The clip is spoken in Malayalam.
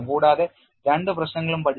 കൂടാതെ രണ്ട് പ്രശ്നങ്ങളും പഠിച്ചു